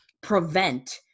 prevent